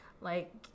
Like-